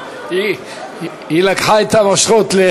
היא לקחה את המושכות.